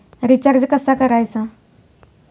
Recharge कसा करायचा?